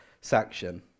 section